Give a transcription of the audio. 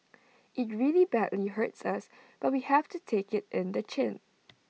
IT really badly hurts us but we have to take IT in the chin